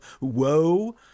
woe